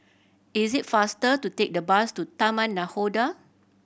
is it faster to take the bus to Taman Nakhoda